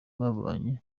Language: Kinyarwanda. babanye